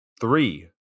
three